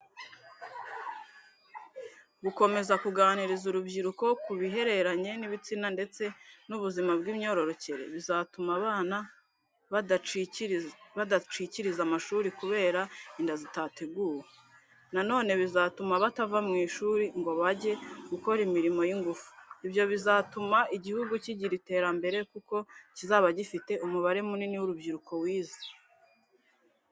Gukomeza kuganiriza urubyiruko ku bihereranye n'ibitsina ndetse n'ubuzima bw'imyororokere, bizatuma abana badacikiriza amashuri kubera inda zitateguwe. Nanone bizatuma batava mu ishuri ngo bajye gukora imirimo y'ingufu. Ibyo bizatuma igihugu cy'igira iterambere kuko kizaba gifite umubare munini w'urubyiruko wize.